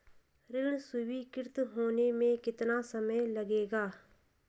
ऋण स्वीकृत होने में कितना समय लगेगा?